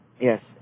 yes